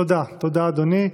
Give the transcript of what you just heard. תודה, אדוני.